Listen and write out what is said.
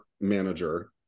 manager